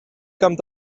camp